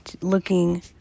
looking